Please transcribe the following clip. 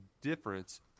difference